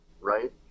Right